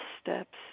steps